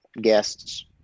guests